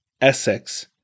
Essex